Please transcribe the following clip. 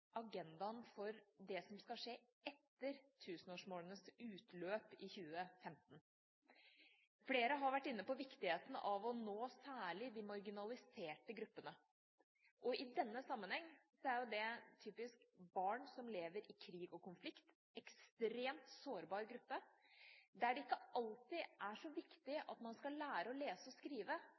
agendaen for det som skal skje etter tusenårsmålenes utløp i 2015. Flere har vært inne på viktigheten av å nå særlig de marginaliserte gruppene. I denne sammenheng er det typisk barn som lever i krigs- og konfliktområder, en ekstremt sårbar gruppe. Det er ikke alltid så viktig at de lærer å lese og skrive